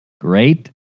Great